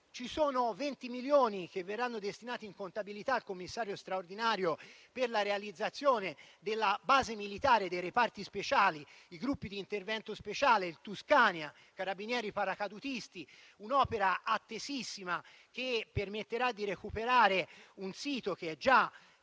ci sono 20 milioni destinati in contabilità al Commissario straordinario per la realizzazione della base militare dei reparti speciali dei gruppi di intervento speciale Tuscania dei Carabinieri paracadutisti. Si tratta di un'opera attesissima, che permetterà di recuperare un sito che è già